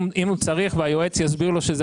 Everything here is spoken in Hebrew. אם הוא צריך והיועץ יסביר לו,